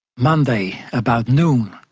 monday, about noon,